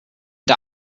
der